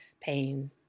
pain